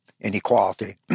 inequality